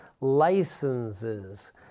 licenses